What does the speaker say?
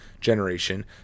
generation